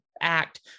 Act